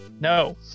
No